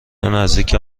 نزدیک